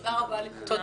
תודה רבה לכולם.